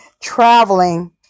Traveling